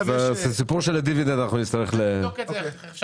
בסיפור של הדיבידנד נצטרך לדון.